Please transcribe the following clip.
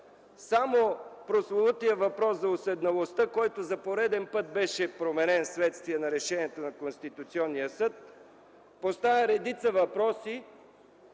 Само прословутият въпрос за уседналостта, който за пореден път беше променен вследствие на решението на Конституционния съд, поставя редица въпроси,